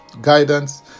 guidance